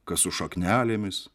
kas su šaknelėmis